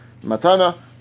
Matana